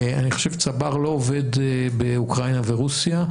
אני חושב שצבר לא עובד באוקראינה ורוסיה,